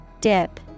Dip